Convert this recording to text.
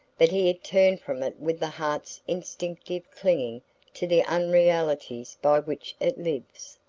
but he had turned from it with the heart's instinctive clinging to the unrealities by which it lives.